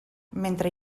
mentre